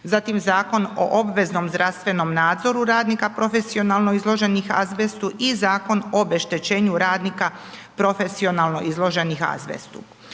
zatim Zakon o obveznom zdravstvenom nadzoru radnika profesionalno izloženih azbestu i Zakon o obeštećenju radnika profesionalno izloženih azbestu.